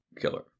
killer